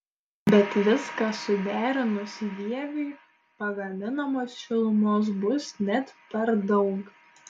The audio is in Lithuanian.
bet viską suderinus vieviui pagaminamos šilumos bus net per daug